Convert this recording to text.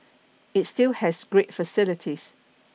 it still has great facilities